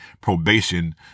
probation